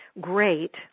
great